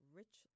rich